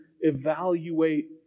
evaluate